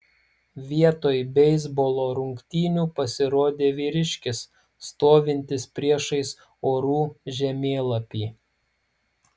vietoj beisbolo rungtynių pasirodė vyriškis stovintis priešais orų žemėlapį